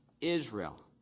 Israel